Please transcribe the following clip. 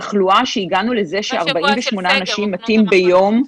תחלואה שבה הגענו לזה ש-48 אנשים מתים ביום.